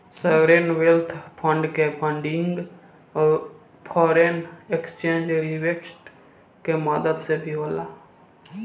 sovereign wealth fund के funding foreign exchange reserves के मदद से भी होला